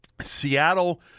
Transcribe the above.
Seattle